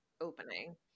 opening